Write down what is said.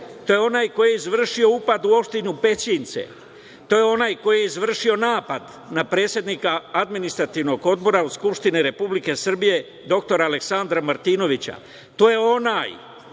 to je onaj koji je izvršio upad u opštinu Pećince, to je onaj koji je izvršio napad na predsednika Administrativnog odbora Skupštine Republike Srbije, dr Aleksandra Martinovića, to je onaj